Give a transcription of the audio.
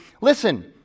listen